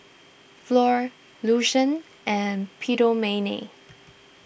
Flor Lucien and Philomene